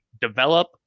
develop